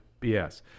BS